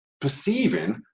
perceiving